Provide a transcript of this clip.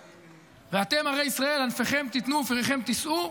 ל"ואתם הרי ישראל ענפכם תתנו ופריכם תשאו".